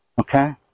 Okay